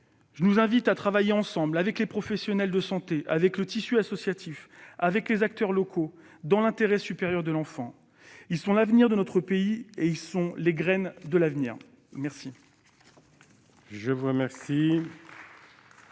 Je nous invite à travailler ensemble, avec les professionnels de santé, le tissu associatif et les acteurs locaux, dans l'intérêt supérieur des enfants. Ils sont à la fois l'avenir de notre pays et les graines de l'avenir. La